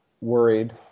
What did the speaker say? worried